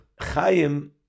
Chaim